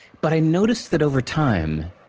but, i noticed that, over time,